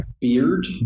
Beard